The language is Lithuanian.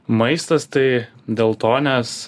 maistas tai dėl to nes